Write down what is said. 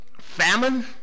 famine